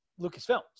Lucasfilms